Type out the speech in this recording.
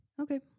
Okay